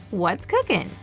what's cooking?